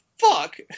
fuck